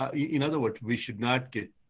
in other words, we should not get,